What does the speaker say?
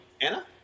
Anna